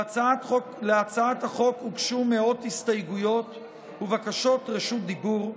להצעת החוק הוגשו מאות הסתייגויות ובקשות רשות דיבור.